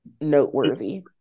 noteworthy